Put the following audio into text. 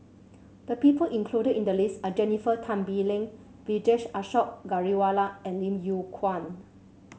the people included in the list are Jennifer Tan Bee Leng Vijesh Ashok Ghariwala and Lim Yew Kuan